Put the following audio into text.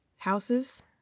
Houses